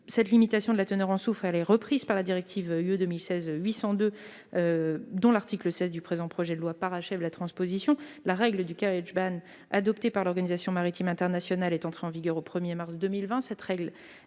La limitation de la teneur en soufre est reprise par la directive européenne 2016/802, dont l'article 16 du présent texte parachève la transposition. La règle du, adoptée par l'Organisation maritime internationale, est entrée en vigueur le 1 mars 2020.